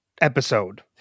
episode